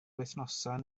wythnosau